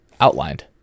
outlined